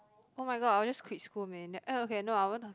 oh-my-god I'll just quit school man oh okay I went to